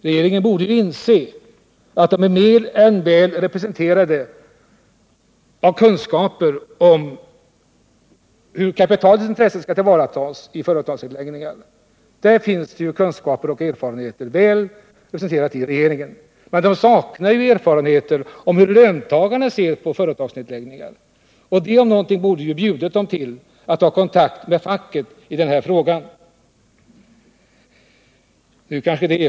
Regeringen borde inse att den är mer än väl representerad när det gäller kunskaper om och erfarenheter av hur kapitalets intressen skall tillvaratas vid företagsnedläggning. Men regeringen saknar erfarenheter av hur löntagarna ser på företagsnedläggningar, och det om något borde ha bjudit dem att ta kontakt med facket i den här frågan.